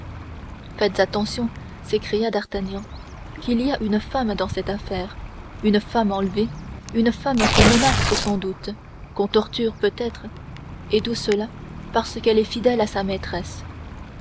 faites attention s'écria d'artagnan qu'il y a une femme dans cette affaire une femme enlevée une femme qu'on menace sans doute qu'on torture peut-être et tout cela parce qu'elle est fidèle à sa maîtresse